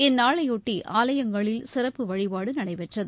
இந்நாளையொட்டி ஆலயங்களில் சிறப்பு வழிபாடு நடைபெற்றது